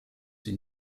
sie